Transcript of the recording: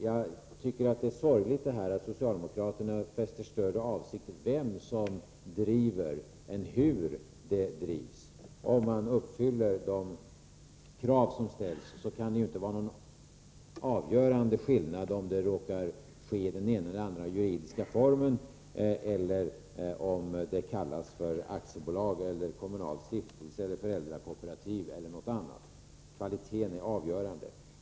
Jag tycker det är sorgligt att socialdemokraterna fäster större avseende vid vem som driver än hur det drivs. Om de krav som uppställs blir uppfyllda, kan det ju inte vara någon avgörande skillnad om det råkar ske i ena eller andra juridiska formen, om det kallas för aktiebolag, kommunal stiftelse, föräldrakooperativ eller någonting annat. Kvaliteten är avgörande.